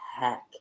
heck